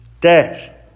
death